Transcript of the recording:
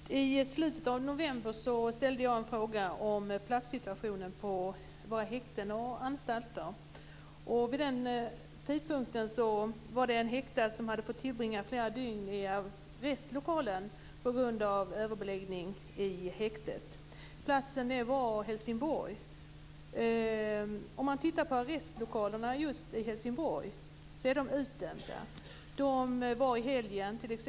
Fru talman! Jag skulle vilja ställa en fråga till statsrådet Laila Freivalds. I slutet av november ställde jag en fråga om platssituationen på våra häkten och anstalter. Vid den tidpunkten var det en häktad som hade fått tillbringa flera dygn i arrestlokalen på grund av överbeläggning i häktet. Platsen var Helsingborg. Arrestlokalerna i Helsingborg är utdömda. I helgen var de t.ex.